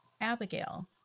Abigail